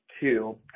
two